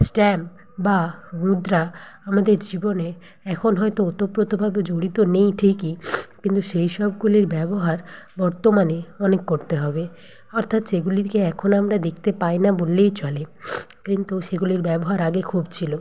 stamp বা মুদ্রা আমাদের জীবনে এখন হয়তো ওতপ্রোতভাবে জড়িত নেই ঠিকই কিন্তু সেই সবগুলির ব্যবহার বর্তমানে অনেক করতে হবে অর্থাৎ যেগুলিকে এখন আর আমরা দেখতে পাই না বললেই চলে কিন্তু সেগুলির ব্যবহার আগে খুব ছিলো